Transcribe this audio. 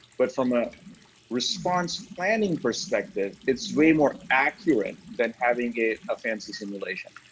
but from a response planning perspective, it's way more accurate than having it a fancy simulation.